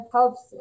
helps